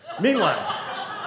Meanwhile